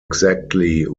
exactly